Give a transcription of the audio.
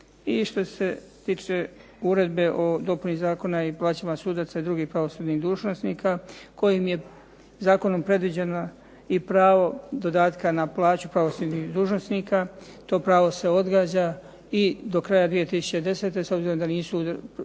I što se tiče Uredbe o dopuni Zakona i plaćama sudaca i drugih pravosudnih dužnosnika kojim je zakonom predviđeno i pravo dodatka na plaću pravosudnih dužnosnika to pravo se odgađa i do kraja 2010. s obzirom da nisu osigurana